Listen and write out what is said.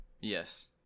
Yes